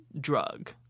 drug